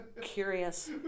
curious